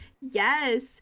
Yes